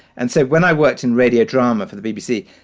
and so when i worked in radio drama for the bbc,